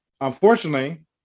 Unfortunately